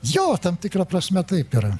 jo tam tikra prasme taip yra